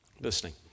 listening